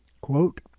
Quote